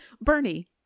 Bernie